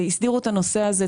והסדירו את הנושא הזה.